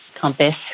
compass